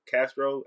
Castro